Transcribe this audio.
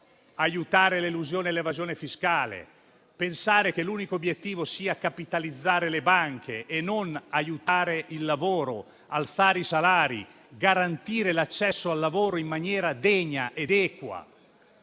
aiutare l'elusione e l'evasione fiscale, pensando che l'unico obiettivo sia capitalizzare le banche, e di non aiutare il lavoro, non alzare i salari e non garantire l'accesso al lavoro in maniera degna ed equa?